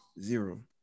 Zero